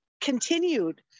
continued